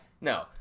No